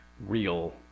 real